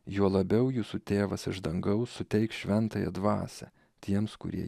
juo labiau jūsų tėvas iš dangaus suteiks šventąją dvasią tiems kurie